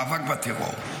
מאבק בטרור.